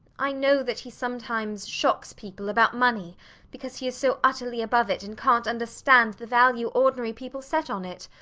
i know that he sometimes shocks people about money because he is so utterly above it, and cant understand the value ordinary people set on it.